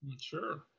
Sure